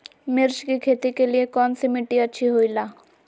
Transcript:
मिर्च की खेती के लिए कौन सी मिट्टी अच्छी होईला?